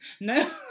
No